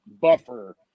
buffer